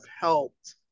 helped